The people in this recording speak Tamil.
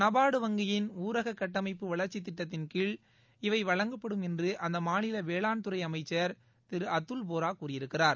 நவாடு வங்கியின் ஊரக கட்டமைப்பு வளர்ச்சி திட்டத்தின் கீழ் இவை வழங்கப்படுமென்று அந்த மாநில வேளாண்துறை அமைச்சர் திரு அத்துல் போரா கூறியிருக்கிறார்